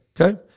Okay